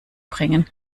bringen